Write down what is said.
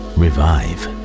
revive